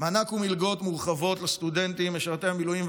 מענק ומלגות מורחבות לסטודנטים משרתי המילואים,